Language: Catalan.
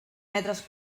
metres